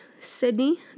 Sydney